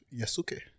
Yasuke